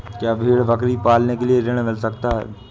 क्या भेड़ बकरी पालने के लिए ऋण मिल सकता है?